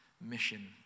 mission